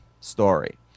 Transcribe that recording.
story